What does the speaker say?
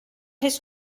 his